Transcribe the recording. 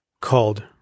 called